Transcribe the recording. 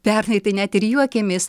pernai tai net ir juokėmės